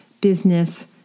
business